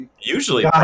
usually